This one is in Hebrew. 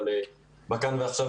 אבל עכשיו,